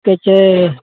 की कहै छै